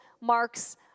marks